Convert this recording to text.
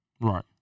Right